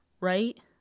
Right